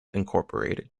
incorporated